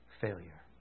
failure